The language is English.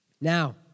Now